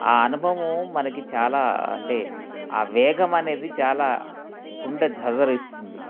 ఆ అనుభవము మనకి చాలా అంటే ఆ వేగం అనేది చాలా గుండె జలదరిస్తుంది